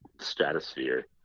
stratosphere